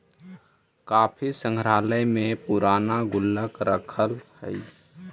काफी संग्रहालय में पूराना गुल्लक रखल हइ